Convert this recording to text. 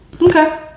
Okay